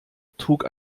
trug